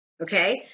okay